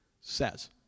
says